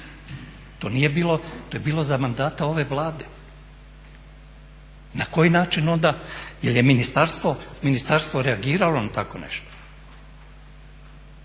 To je bilo za mandata ove Vlade. Na koji način onda, jel je ministarstvo reagiralo na tako nešto?